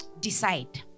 decide